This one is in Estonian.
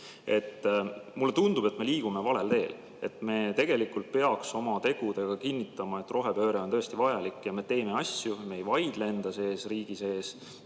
Mulle tundub, et me liigume valel teel. Me tegelikult peaks oma tegudega kinnitama, et rohepööre on tõesti vajalik ja me teeme asju, me ei vaidle enda riigi sees,